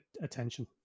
attention